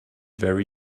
very